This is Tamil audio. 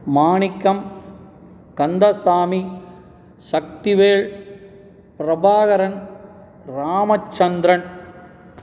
மாணிக்கம் கந்தசாமி சக்திவேல் பிரபாகரன் ராமச்சந்திரன்